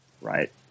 Right